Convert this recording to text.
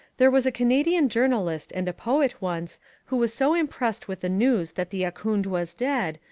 there was a canadian journalist and poet once who was so impressed with the news that the ahkoond was dead,